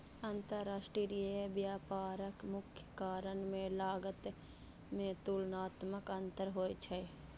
अंतरराष्ट्रीय व्यापारक मुख्य कारण मे लागत मे तुलनात्मक अंतर होइ छै